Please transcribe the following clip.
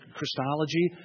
Christology